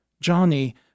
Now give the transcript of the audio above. Johnny